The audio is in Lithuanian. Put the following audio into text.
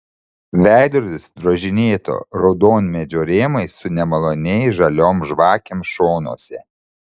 veidrodis drožinėto raudonmedžio rėmais su nemaloniai žaliom žvakėm šonuose